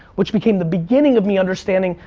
which became the beginning of me understanding,